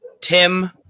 Tim